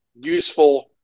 useful